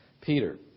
Peter